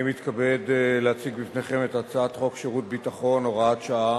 אני מתכבד להציג בפניכם את הצעת חוק שירות ביטחון (הוראת שעה)